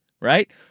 right